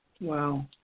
wow